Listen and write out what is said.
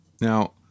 now